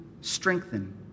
strengthen